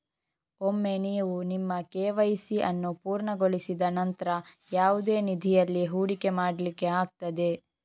ಒಮ್ಮೆ ನೀವು ನಿಮ್ಮ ಕೆ.ವೈ.ಸಿ ಅನ್ನು ಪೂರ್ಣಗೊಳಿಸಿದ ನಂತ್ರ ಯಾವುದೇ ನಿಧಿಯಲ್ಲಿ ಹೂಡಿಕೆ ಮಾಡ್ಲಿಕ್ಕೆ ಆಗ್ತದೆ